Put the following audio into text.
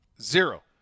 Zero